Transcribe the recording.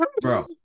bro